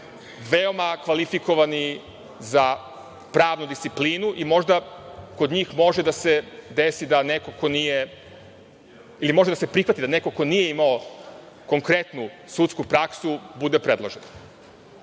veoma kvalifikovani za pravnu disciplinu i možda kod njih može da se desi, ili može da se prihvati, da neko ko nije imao konkretnu sudsku praksu bude predložen,